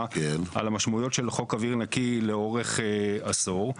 על המשמעויות של חוק אוויר נקי לאורך עשור.